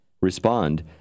Respond